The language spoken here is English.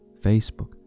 Facebook